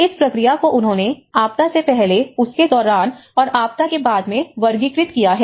इस प्रक्रिया को उन्होंने आपदा से पहले उसके दौरान और आपदा के बाद में वर्गीकृत किया है